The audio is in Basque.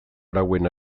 arauen